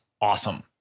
awesome